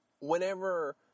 Whenever